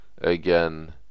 Again